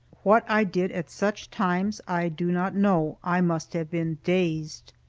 what i did at such times i do not know. i must have been dazed.